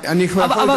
אבל אני כבר פה אדלג,